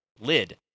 lid